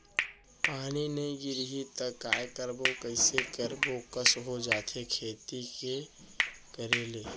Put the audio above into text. पानी नई गिरही त काय करबो, कइसे करबो कस हो जाथे खेती के करे ले